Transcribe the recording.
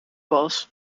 was